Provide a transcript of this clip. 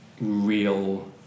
real